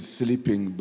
sleeping